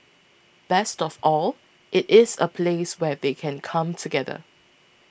best of all it is a place where they can come together